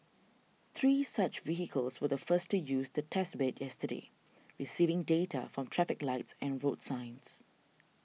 three such vehicles were the first to use the test bed yesterday receiving data from traffic lights and road signs